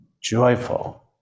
joyful